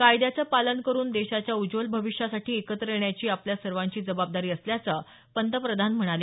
कायद्याचं पालन करुन देशाच्या उज्वल भविष्यासाठी एकत्र येण्याची आपल्या सर्वांची जबाबदारी असल्याच पंतप्रधान म्हणाले